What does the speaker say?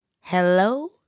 hello